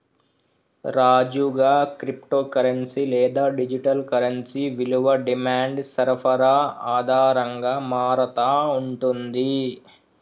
రాజుగా, crypto currency లేదా digital currency విలువ డిమాండ్ సరఫరా ఆధారంగా మారతా ఉంటుంది